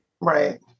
Right